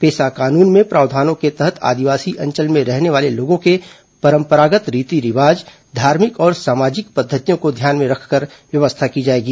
पेसा कानून में प्रावधानों के तहत आदिवासी अंचल में रहने वाले लोगों के परंपरागत रीति रिवाज धार्मिक और सामाजिक पद्धतियों को ध्यान में रखकर व्यवस्था की जाएगी